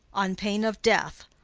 on pain of death,